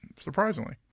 surprisingly